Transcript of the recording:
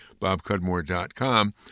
bobcudmore.com